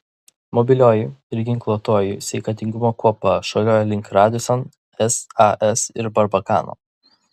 mobilioji ir ginkluotoji sveikatingumo kuopa šuoliuoja link radisson sas ir barbakano